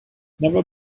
never